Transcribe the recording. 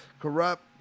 Corrupt